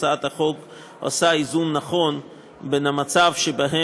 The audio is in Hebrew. הצעת החוק עושה איזון נכון בין המצב שבו,